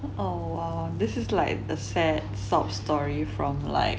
oh !wow! this is like a sad sob story from like